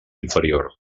inferior